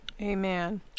Amen